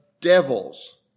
devils